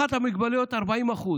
אחת המגבלות 40%,